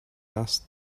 asked